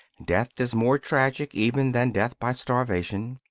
death is more tragic even than death by starvation.